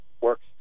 works